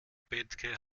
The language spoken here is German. bethke